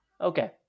Okay